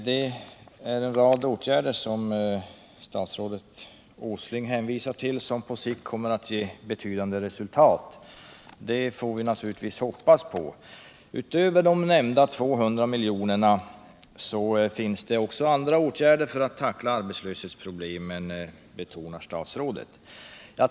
Herr talman! Statsrådet Åsling hänvisar till en rad åtgärder som på sikt skall ge betydande resultat. Det får vi naturligtvis hoppas. Utöver de nämnda 200 miljonerna vidtas också andra åtgärder för att tackla arbetslöshetsproblemet, betonar statsrådet.